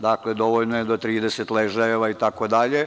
Dakle, dovoljno je do 30 ležaja, itd.